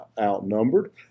outnumbered